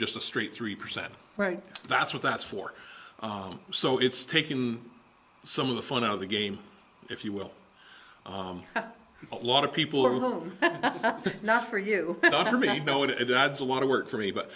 just the street three percent right that's what that's for so it's taking some of the fun out of the game if you will a lot of people are home now for you know it adds a lot of work for me but